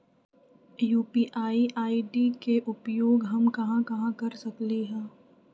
UPI ID के उपयोग हम कहां कहां कर सकली ह?